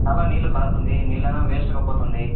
చాలా నీళ్ళు కారుతుంది నీళ్ళను వేస్ట్గా పోతుంది